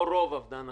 או רוב אובדן ההכנסות,